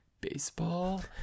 baseball